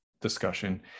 discussion